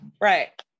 Right